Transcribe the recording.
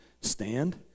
stand